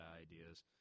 ideas